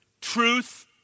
Truth